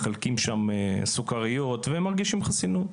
מחלקים שם סוכריות ומרגישים חסינים.